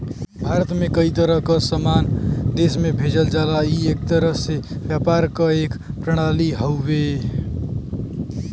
भारत से कई तरह क सामान देश में भेजल जाला ई एक तरह से व्यापार क एक प्रणाली हउवे